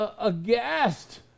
aghast